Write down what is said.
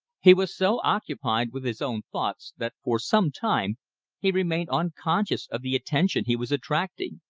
he was so occupied with his own thoughts that for some time he remained unconscious of the attention he was attracting.